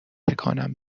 تکانم